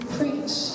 preach